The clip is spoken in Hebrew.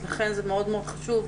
לכן זה מאוד חשוב.